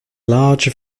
large